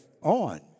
on